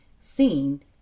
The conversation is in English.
seen